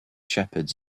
shepherds